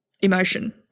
emotion